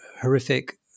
horrific